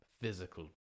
physical